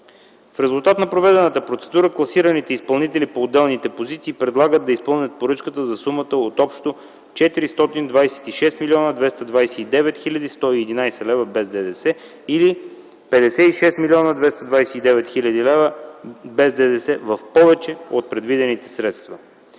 В резултат на проведената процедура класираните изпълнители по отделните позиции предлагат да изпълнят поръчката за сумата от общо 426 млн. 229 хил. 111 лв. без ДДС или 56 млн. 229 хил. лв. без ДДС в повече от предвидените средства.